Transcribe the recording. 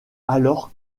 alors